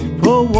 pull